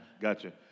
Gotcha